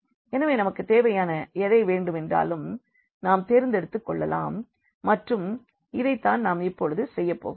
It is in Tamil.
எனவே நமக்கு தேவையான எதை வேண்டுமென்றாலும் நாம் தேர்ந்தெடுத்துக்கொள்ளலாம் மற்றும் இதைத் தான் நாம் இப்பொழுது செய்ய போகிறோம்